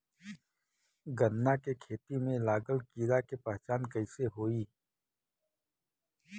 गन्ना के खेती में लागल कीड़ा के पहचान कैसे होयी?